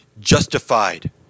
justified